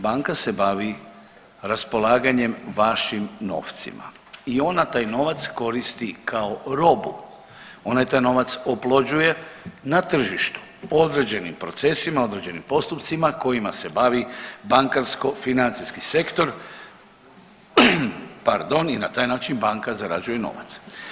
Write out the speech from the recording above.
Banka se bavi raspolaganjem vašim novcima i ona taj novac koristi kao robu, ona taj novac oplođuje na tržištu određenim procesima, određenim postupcima kojima se bavi bankarsko financijski sektor, pardon, i na taj način banka zarađuje novac.